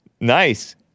Nice